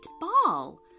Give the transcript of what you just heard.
ball